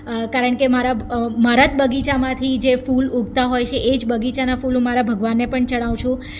કારણ કે મારા મારા જ બગીચામાંથી જે ફૂલ ઉગતા હોય છે એ જ બગીચાના ફૂલ મારા ભગવાનને પણ ચડાઉં છું